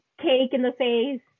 cake-in-the-face